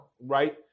right